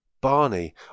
Barney